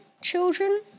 children